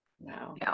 No